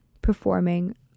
performing